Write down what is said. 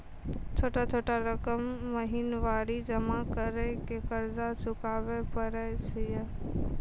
छोटा छोटा रकम महीनवारी जमा करि के कर्जा चुकाबै परए छियै?